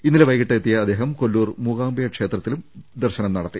ഇന്നലെ വൈകീട്ട് എത്തിയ അദ്ദേഹം കൊല്ലൂർ മൂകാംബിക ക്ഷേത്രത്തിലും ദർശനം നടത്തി